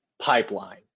pipeline